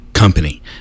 company